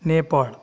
Nepal